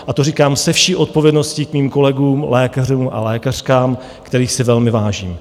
A to říkám se vší odpovědností k svým kolegům, lékařům a lékařkám, kterých si velmi vážím.